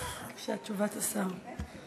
בבקשה, תשובת השר.